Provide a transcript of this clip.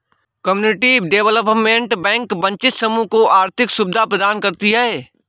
community development bank वंचित समूह को आर्थिक सुविधा प्रदान करती है